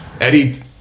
Eddie